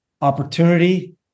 opportunity